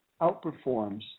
outperforms